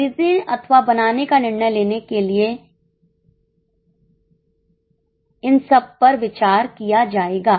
खरीदने अथवा बनाने का निर्णय लेने के लिए इन सब पर विचार किया जाएगा